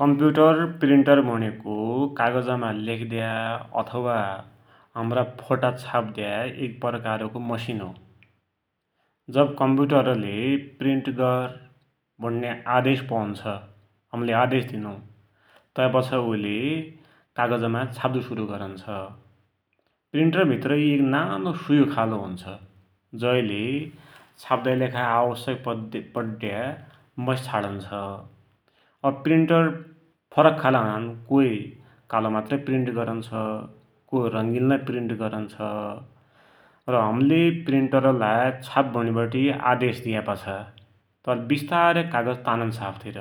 Computer printer भुणेको कागजमा लेख्द्या अथवा हमरा फोटा छाप्द्या एक प्रकारको मसिन हो । जव कम्प्युटरले प्रिन्ट गर भुण्या आदेश पौन्छ, हमले आदेश दिनु, तैपाछा उइले कागजमा छाप्दु सुरु गरुन्छ । प्रिन्टर भित्र नानो सुयो खालको हुन्छ, जैले छाप्दाकी लेखा आवश्यक पड्या मसि छाडन्छ, अब प्रिन्टर फरक खालका हुनान्, कोइ कालो मात्र प्रिन्ट गरुन्छ, कोइ रंगिन लै प्रिन्ट गरुन्छ, र हमले प्रिन्टरलाई छाप भुणिबटि आदेश दिया पाछा तैले विस्तारै कागज तानुन्छ आफतिर